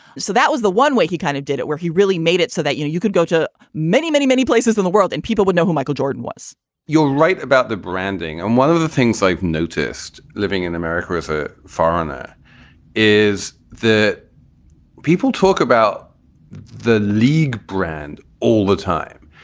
so that was the one way he kind of did it, where he really made it so that, you know, you could go to many, many, many places in the world and people would know who michael jordan was you're right about the branding. and one of the things i've noticed living in america as a foreigner is the people talk about the league brand all the time.